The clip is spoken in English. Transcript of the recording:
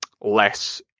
less